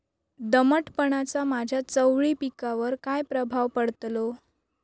दमटपणाचा माझ्या चवळी पिकावर काय प्रभाव पडतलो?